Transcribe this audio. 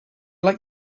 like